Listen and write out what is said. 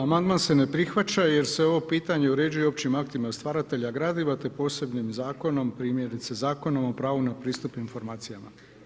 Amandman se ne prihvaća jer se ovo pitanje uređuje općim aktima stvaratelja gradiva te posebnim zakonom, primjerice Zakonom o pravu na pristup informacijama.